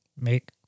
make